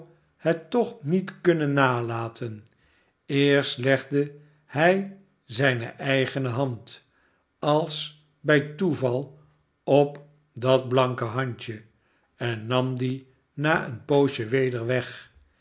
het toch niet kunnen nalaten eerst legde hij zijne eigene hand als bij toeval op dat blanke handje en nam die na een poosje weder weg